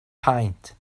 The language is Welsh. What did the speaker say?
paent